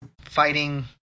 fighting